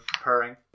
purring